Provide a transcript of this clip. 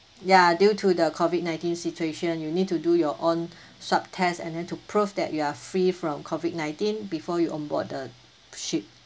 ya due to the COVID nineteen situation you need to do your own swab test and then to prove that you are free from COVID nineteen before you on board the ship